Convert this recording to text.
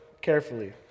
carefully